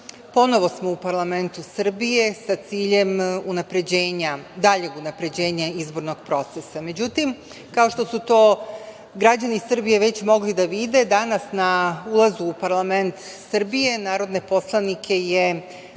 ponovo smo u parlamentu Srbije sa ciljem daljeg unapređenja izbornog procesa. Međutim, kao što su to građani Srbije već mogli da vide, danas na ulazu u parlament Srbije, narodne poslanike je